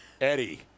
Eddie